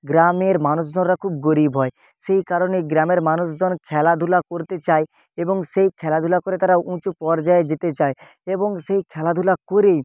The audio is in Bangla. গ্রামের মানুষজনরা খুব গরিব হয় সেই কারণে গ্রামের মানুষজন খেলাধূলা করতে চায় এবং সেই খেলাধূলা করে তারা উঁচু পর্যায়ে যেতে চায় এবং সেই খেলাধূলা করে